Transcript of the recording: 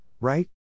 right